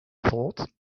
thought